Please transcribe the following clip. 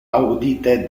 audite